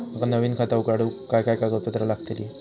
नवीन खाता काढूक काय काय कागदपत्रा लागतली?